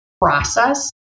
process